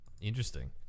Interesting